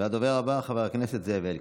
הדובר הבא, חבר הכנסת זאב אלקין.